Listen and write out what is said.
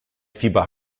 fieber